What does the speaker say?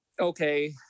okay